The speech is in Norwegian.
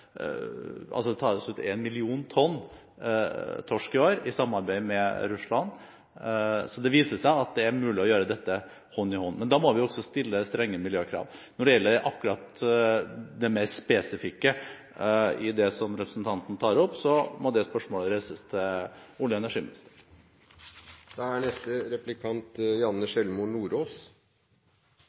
tonn torsk i samarbeid med Russland. Det viser seg at det er mulig å gjøre dette hånd i hånd. Men da må vi også stille strenge miljøkrav. Når det gjelder akkurat det mest spesifikke i det som representanten tar opp, må dette spørsmålet reises til olje- og energiministeren. Jeg takker utenriksministeren for et godt innlegg som gir oss muligheten til å ta opp ulike temaer som er